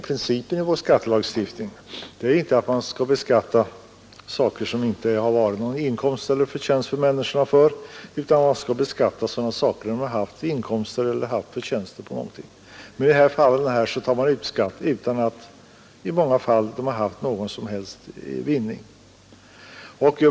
Principen i vår skattelagstiftning är inte att man skall beskatta saker som inte har lett till någon inkomst för människorna, utan man skall beskatta sådana saker som de haft inkomster av. I många av de här fallen tar man ut skatt av människor som inte haft någon som helst vinning.